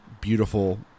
beautiful